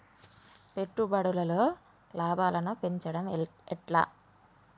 పెట్టుబడులలో లాభాలను పెంచడం ఎట్లా?